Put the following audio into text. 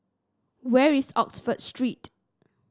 where is Oxford Street